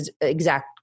exact